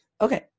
Okay